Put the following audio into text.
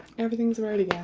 everything's alright